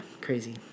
Crazy